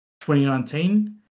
2019 –